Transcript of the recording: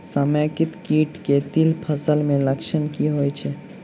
समेकित कीट केँ तिल फसल मे लक्षण की होइ छै?